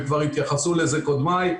וכבר התייחסו לזה קודמיי,